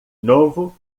novo